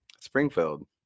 springfield